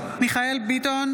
מיכאל ביטון